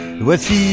Voici